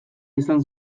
izan